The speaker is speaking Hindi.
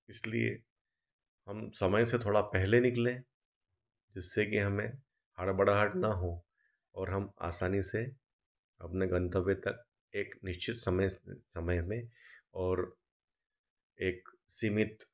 इसलिए हम समय से थोड़ा पहले निकलें जिससे कि हमें हड़बड़ाहट न हो और हम आसानी से अपने गन्तव्य तक एक निश्चित समय समय में और एक सीमित